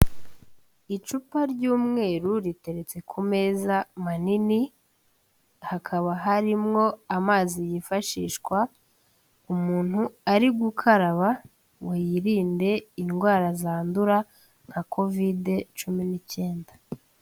Icupa ry'umweru riteretse ku meza manini, hakaba harimwo amazi yifashishwa umuntu ari gukaraba ngo yirinde indwara zandura, nka kovide cumi n'icyenda.